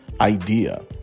idea